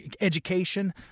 education